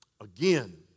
again